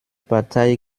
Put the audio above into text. partei